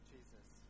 Jesus